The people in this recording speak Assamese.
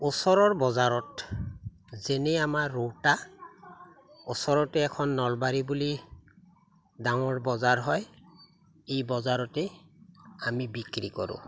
ওচৰৰ বজাৰত যেনে আমাৰ ৰৌতা ওচৰতে এখন নলবাৰী বুলি ডাঙৰ বজাৰ হয় এই বজাৰতেই আমি বিক্ৰী কৰোঁ